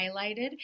highlighted